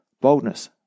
Boldness